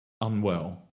unwell